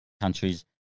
countries